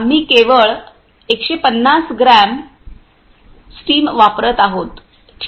आम्ही केवळ 150 gram gram steam वापरत आहोत